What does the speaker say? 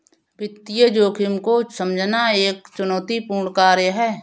वित्तीय जोखिम को समझना एक चुनौतीपूर्ण कार्य है